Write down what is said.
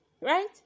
right